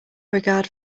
regard